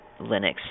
Linux